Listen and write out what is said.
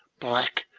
black,